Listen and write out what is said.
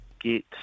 get